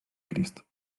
crist